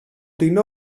την